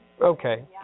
Okay